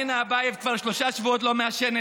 אירנה אבייב כבר שלושה שבועות לא מעשנת,